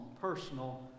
personal